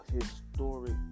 historic